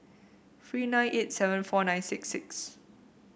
three nine eight seven four nine six six